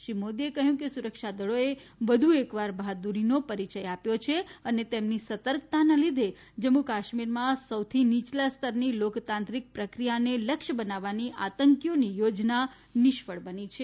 શ્રી મોદીએ કહ્યું કે સુરક્ષા દળોએ વધુ એકવાર બહાદુરીનો પરીયય આપ્યો છે અને તેમની સતર્કતાને લીધે જમ્મુ કાશ્મીરમાં સૌથી નીચલા સ્તરની લોકતાંત્રિક પ્રક્રિયાને લક્ષ્ય બનાવવાની આતંકીઓની યોજના નિષ્ફળ બની છે